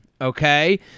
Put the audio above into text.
okay